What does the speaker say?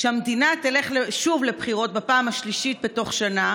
כשהמדינה תלך שוב לבחירות בפעם השלישית בתוך שנה